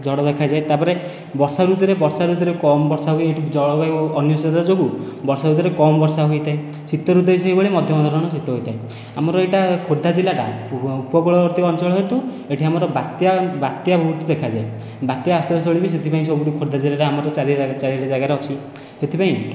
ଝଡ଼ ଦେଖାଯାଏ ତା'ପରେ ବର୍ଷା ଋତୁରେ ବର୍ଷା ଋତୁରେ କମ୍ ବର୍ଷା ହୁଏ ଏଠି ଜଳବାୟୁ ଅନିଶ୍ଚିତତା ଯୋଗୁଁ ବର୍ଷା ଋତୁରେ କମ୍ ବର୍ଷା ହୋଇଥାଏ ଶୀତ ଋତୁରେ ସେହିଭଳି ମଧ୍ୟମ ଧରଣର ଶୀତ ହୋଇଥାଏ ଆମର ଏହିଟା ଖୋର୍ଦ୍ଧା ଜିଲ୍ଲାଟା ଉପକୂଳବର୍ତ୍ତୀ ଅଞ୍ଚଳ ହେତୁ ଏଠି ଆମର ବାତ୍ୟା ବାତ୍ୟା ବହୁତ ଦେଖାଯାଏ ବାତ୍ୟା ଆଶ୍ରୟସ୍ଥଳୀ ବି ସେଥିପାଇଁ ସବୁଠି ଖୋର୍ଦ୍ଧା ଜିଲ୍ଲାରେ ଆମର ଚାରି ଚାରି ଆଡ଼େ ଯାଗାରେ ଅଛି ସେଥିପାଇଁ